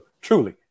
truly